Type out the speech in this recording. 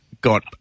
got